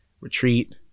retreat